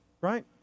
right